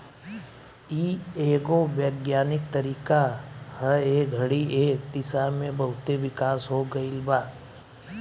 इ एगो वैज्ञानिक तरीका ह ए घड़ी ए दिशा में बहुते विकास हो गईल बा